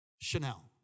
Chanel